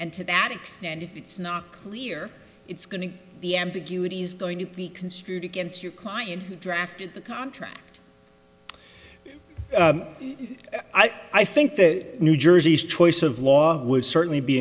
and to that extent if it's not clear it's going to the ambiguity is going to be construed against your client who drafted the contract i think that new jersey's choice of law would certainly be